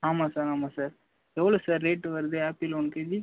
ஆமாம் சார் ஆமாம் சார் எவ்வளோ சார் ரேட்டு வருது ஆப்பிள் ஒன் கேஜி